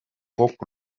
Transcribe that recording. kokku